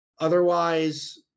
otherwise